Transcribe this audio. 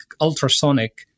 ultrasonic